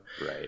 right